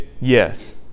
yes